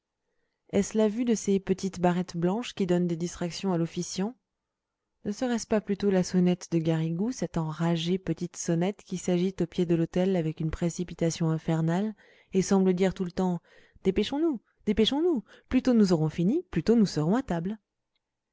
est-ce la vue de ces petites barrettes blanches qui donne des distractions à l'officiant ne serait-ce pas plutôt la sonnette de garrigou cette enragée petite sonnette qui s'agite au pied de l'autel avec une précipitation infernale et semble dire tout le temps dépêchons-nous dépêchons-nous plus tôt nous aurons fini plus tôt nous serons à table